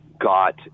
got